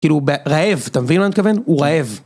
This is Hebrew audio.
כאילו רעב, אתה מבין מה אני מכוון? הוא רעב.